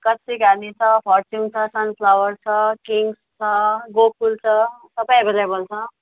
कच्ची घानी छ फर्च्युन छ सनफ्लावर छ किङ्गस छ गोकुल छ सबै एभाइलेबल छ